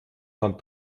kam